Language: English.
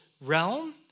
realm